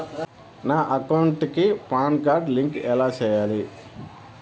నా అకౌంట్ కి PAN card link ఎలా సేయాలి